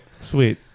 sweet